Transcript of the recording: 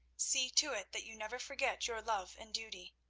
see to it that you never forget your love and duty.